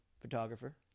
photographer